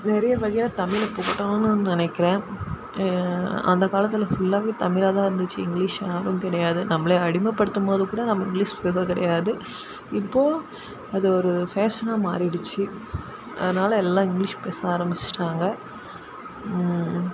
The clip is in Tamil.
நிறைய வகையாக தமிழை புகட்டணும்ன்னு நினைக்கிறேன் அந்த காலத்தில் ஃபுல்லாகவே தமிழாதான் இருந்துச்சி இங்கிலீஷ்ல யாரும் கிடையாது நம்பளை அடிமை படுத்தும்போது கூட நம்ம இங்கிலீஷ் பேசுனது கிடையாது இப்போ அது ஒரு ஃபேஷனாக மாறிடிச்சி அதனால் எல்லாம் இங்கிலீஷ் பேச ஆரமிச்ட்டாங்க